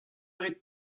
rit